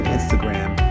Instagram